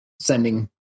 sending